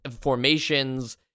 formations